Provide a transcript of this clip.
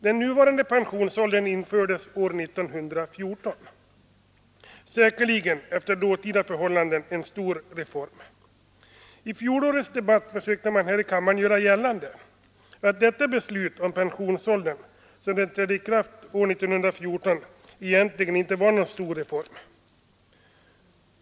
Den nuvarande pensionsåldern infördes år 1914. Säkerligen efter dåtida förhållanden en stor reform. I fjolårets debatt försökte man här i kammaren göra gällande att detta beslut om pensionsåldern, som trädde i kraft år 1914, egentligen inte var någon stor reform.